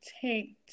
take